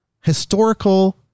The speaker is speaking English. historical